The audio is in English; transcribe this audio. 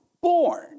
born